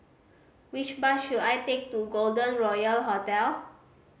which bus should I take to Golden Royal Hotel